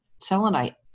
selenite